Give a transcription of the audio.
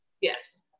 Yes